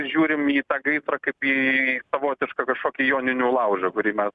žiūrim į tą gaisrą kaip į savotišką kažkokį joninių laužą kurį mes